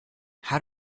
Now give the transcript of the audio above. how